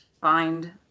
find